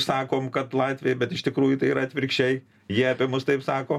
sakom kad latviai bet iš tikrųjų tai yra atvirkščiai jie apie mus taip sako